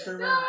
no